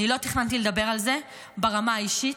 אני לא תכננתי לדבר על זה ברמה האישית,